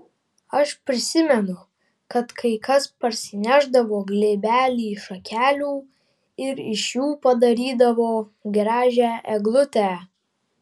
aš prisimenu kad kai kas parsinešdavo glėbelį šakelių ir iš jų padarydavo gražią eglutę